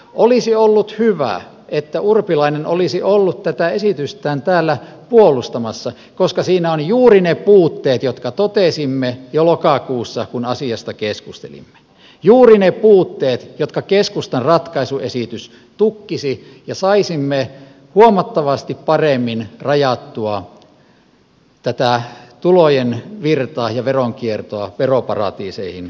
olisi ollut hyvä että urpilainen olisi ollut tätä esitystään täällä puolustamassa koska siinä on juuri ne puutteet jotka totesimme jo lokakuussa kun asiasta keskustelimme juuri ne puutteet jotka keskustan ratkaisuesitys tukkisi ja saisimme huomattavasti paremmin rajattua tätä tulojen virtaa ja veronkiertoa veroparatiiseihin päin